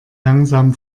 langsam